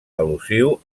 al·lusiu